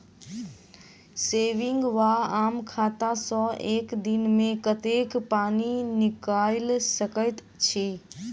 Saving वा आम खाता सँ एक दिनमे कतेक पानि निकाइल सकैत छी?